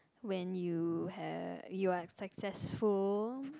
when you have you're successful